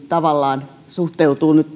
tavallaan suhteutuu nyt